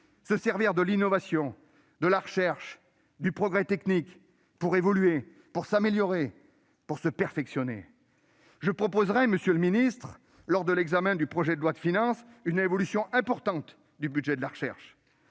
se servir de l'innovation, de la recherche, du progrès technique pour évoluer, pour s'améliorer, pour se perfectionner. Monsieur le ministre, je proposerai, lors de l'examen du projet de loi de finances, une évolution importante du budget de la recherche,